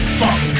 fuck